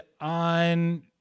on